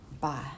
Bye